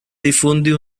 difunde